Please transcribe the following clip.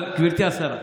אבל גברתי השרה,